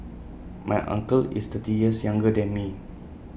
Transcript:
my uncle is thirty years younger than me